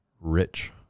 rich